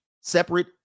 separate